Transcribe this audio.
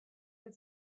had